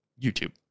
youtube